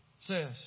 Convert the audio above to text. says